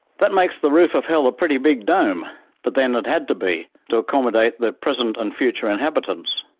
that makes the roof of hell a pretty big dome but then, it had to be, to accommodate the present and future inhabitants.